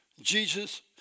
Jesus